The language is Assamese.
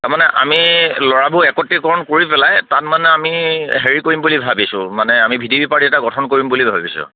তাৰমানে আমি ল'ৰাবোৰ একত্ৰিকৰণ কৰি পেলাই তাত মানে আমি হেৰি কৰিম বুলিম ভাবিছোঁ মানে আমি ভি ডি পি পাৰ্টি এটা গঠন কৰিম বুলি ভাবিছোঁ